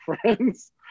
friends